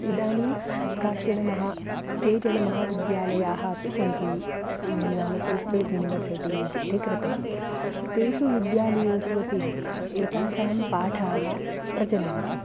इदानीं केचन महा केचन महाविद्यालयाः अपि सन्ति ये नाम संस्कृतं यूनिवर्सिटीस् इति कृत्वा तेषु विद्यालयेषु अपि एतेषां पाठाः प्रचलन्ति